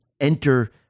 enter